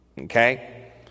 Okay